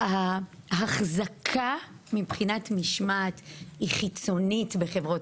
האחזקה מבחינת משמעת היא חיצונית בחברות